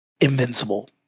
invincible